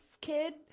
kid